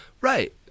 Right